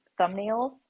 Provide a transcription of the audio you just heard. Thumbnails